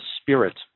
spirit